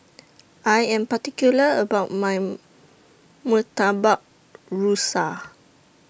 I Am particular about My Murtabak Rusa